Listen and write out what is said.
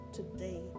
today